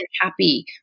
happy